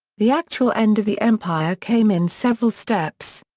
the actual end of the empire came in several steps.